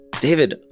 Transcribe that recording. David